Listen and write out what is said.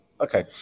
Okay